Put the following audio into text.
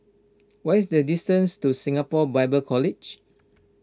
what is the distance to Singapore Bible College